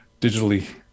digitally